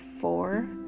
four